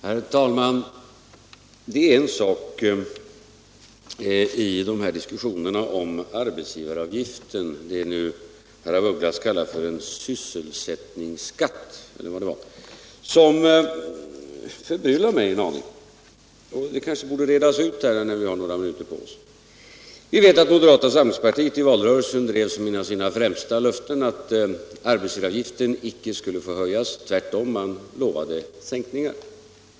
Herr talman! Det är en sak i de här diskussionerna om arbetsgivaravgiften — det som herr af Ugglas nu kallar för sysselsättningsskatt — som förbryllar mig en aning. Det kanske borde redas ut här när vi har några minuter på oss. Vi vet att moderata samlingspartiet under valrörelsen drev som ett av sina främsta löften att arbetsgivaravgiften icke skulle få höjas. Tvärtom, man lovade sänkningar.